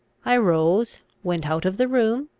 i rose, went out of the room,